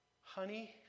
honey